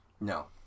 No